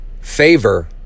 favor